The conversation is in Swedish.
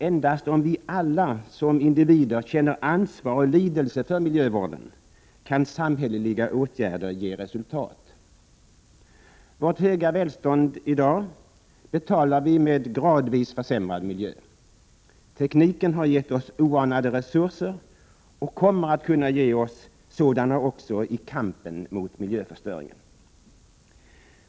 Endast om vi alla som individer känner ansvar och lidelse för miljövården kan samhälleliga åtgärder ge resultat. Vårt höga välstånd i dag betalar vi med gradvis försämrad miljö. Tekniken har gett oss oanade resurser och kommer att kunna ge oss sådana också i kampen mot miljöförstöringen.